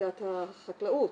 נציגת החקלאות